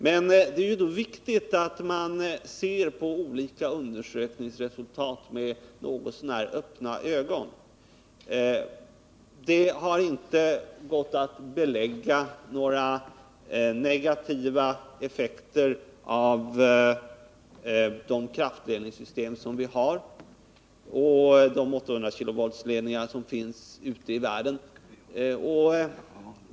Men då är det viktigt att man ser på olika undersökningsresultat med något så när öppna ögon. Det har inte gått att belägga några negativa effekter av det kraftledningssystem vi har och av de 800-kV-ledningar som finns ute i världen, sägs det i svaret.